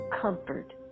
comfort